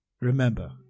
Remember